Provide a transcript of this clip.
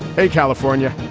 hey, california,